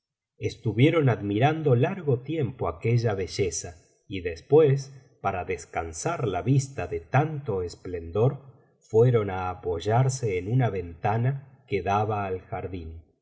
estuvieron admirando largo tiempo aquella belleza y después para descansar la vista de tanto esplendor fueron á apoyarse en una ventana que daba al jardín